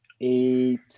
eight